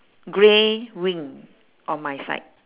grey wing on my side